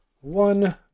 one